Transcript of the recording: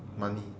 money